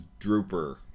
drooper